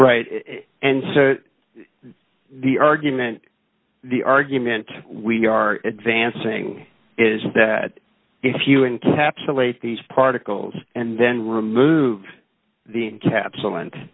right and so the argument the argument we are advancing is that if you and capsulated these particles and then removed the capsule and